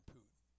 Putin